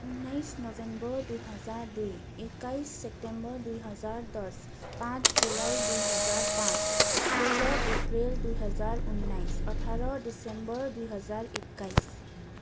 उन्नाइस नोभेम्बर दुई हजार दुई एक्काइस सेप्टेम्बर दुई हजार दस पाँच जुलाई दुई हजार पाँच सोह्र अप्रेल दुई हजार उन्नाइस अठार दिसम्बर दुई हजार एक्काइस